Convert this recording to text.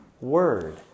word